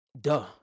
duh